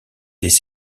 des